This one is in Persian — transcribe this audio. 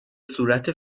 صورت